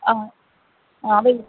ആ അത്